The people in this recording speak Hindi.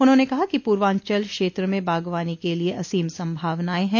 उन्होंने कहा कि पूर्वांचल क्षेत्र में बागवानी के लिये असीम संभावनाएं है